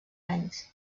anys